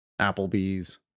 Applebee's